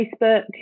Facebook